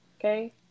Okay